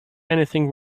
anything